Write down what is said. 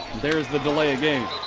there's the delay of game.